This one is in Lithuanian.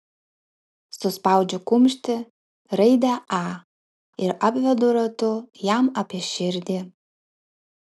suspaudžiu kumštį raidę a ir apvedu ratu jam apie širdį